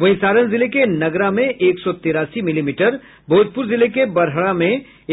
वहीं सारण जिले के नगरा में एक सौ तिरासी मिलीमीटर भोजपुर जिले के बड़हरा में